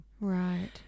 Right